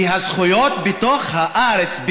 והזכויות בתוך הארץ,